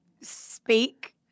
speak